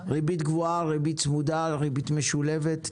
ריבית קבועה, צמודה, משולבת.